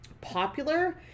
popular